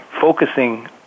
focusing